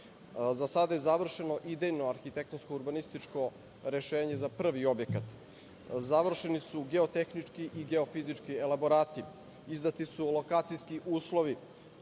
Za sada je završeno idejno, arhitektonsko, urbanističko rešenje za prvi objekat. Završeni su geotehnički i geofizički elaborati, izdati su lokacijski uslovi